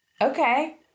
Okay